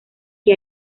que